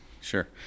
Sure